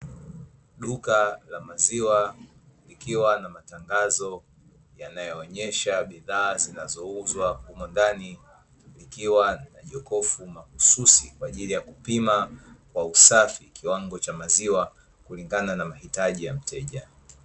Duka la maziwa, likiwa na matangazo yanayoonyesha bidhaa zinazouzwa humo ndani, likiwa na jokofu mahususi kwa ajili ya kupima kwa usafi kiwango cha maziwa kulingana na mahitaji ya mteja.